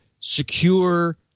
secure